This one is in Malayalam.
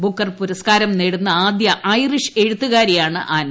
ബുക്കർ പുരസ്കാരം നേടുന്ന ആദ്ദു ഐറിഷ് എഴുത്തുകാരിയാണ് അന്ന